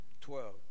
twelve